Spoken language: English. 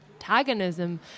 antagonism